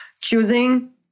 choosing